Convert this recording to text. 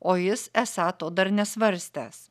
o jis esą to dar nesvarstęs